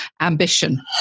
ambition